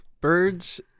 Birds